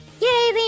Yay